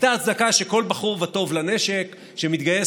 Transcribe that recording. הייתה הצדקה לכל בחור וטוב לנשק: שמתגייס